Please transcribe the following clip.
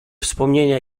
wspomnienia